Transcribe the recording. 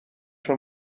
tro